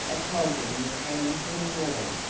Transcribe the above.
a cauldron was hanging from the wall,